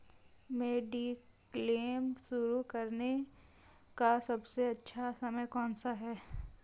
Mediclaim शुरू करने का सबसे अच्छा समय कौनसा है?